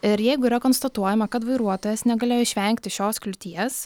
ir jeigu yra konstatuojama kad vairuotojas negalėjo išvengti šios kliūties